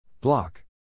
Block